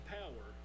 power